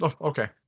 Okay